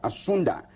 Asunda